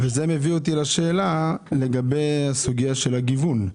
זה מביא אותי לשאלה לגבי סוגיית הגיוון.